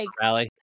rally